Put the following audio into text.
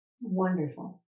wonderful